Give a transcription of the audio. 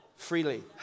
freely